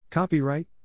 Copyright